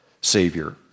savior